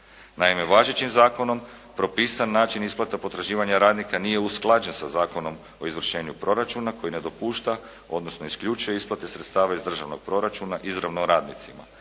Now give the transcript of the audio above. Naime, važećim zakonom propisan način isplata potraživanja radnika nije usklađen sa Zakonom o izvršenju proračuna koji ne dopušta, odnosno isključuje isplate sredstava iz državnog proračuna izravno radnicima